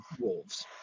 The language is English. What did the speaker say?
wolves